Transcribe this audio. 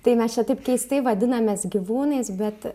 tai mes čia taip keistai vadinamės gyvūnais bet